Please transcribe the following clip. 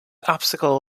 obstacle